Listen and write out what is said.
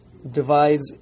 divides